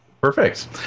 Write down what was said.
Perfect